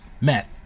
met